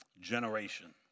generation